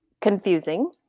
confusing